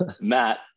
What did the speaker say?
Matt